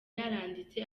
yaranditse